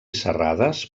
serrades